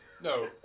No